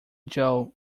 joe